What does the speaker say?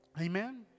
Amen